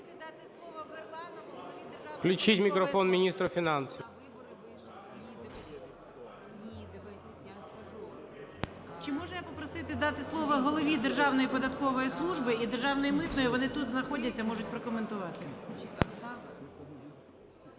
Включіть мікрофон міністру фінансів. 11:29:37 МАРКАРОВА О.С. Чи можу я попросити дати слово голові Державної податкової служби і державної митної? Вони тут знаходяться, можуть прокоментувати.